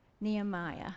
Nehemiah